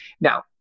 Now